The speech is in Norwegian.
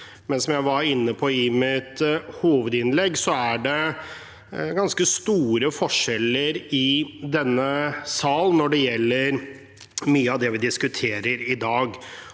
Som jeg var inne på i mitt hovedinnlegg, er det ganske store forskjeller i denne salen når det gjelder mye av det vi diskuterer i dag.